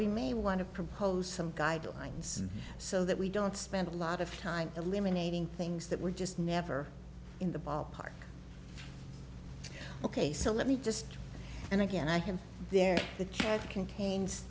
we may want to propose some guidelines so that we don't spend a lot of time eliminating things that were just never in the ballpark ok so let me just and again i have their the chair contains